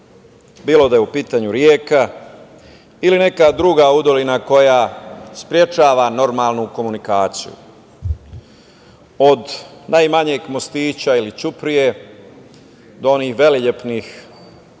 bilo da je u pitanju reka ili neka druga udolina koja sprečava normalnu komunikaciju. Od najmanjeg mostića ili ćuprije do onih velelepnih